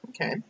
Okay